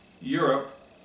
europe